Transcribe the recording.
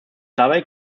dabei